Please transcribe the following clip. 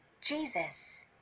Jesus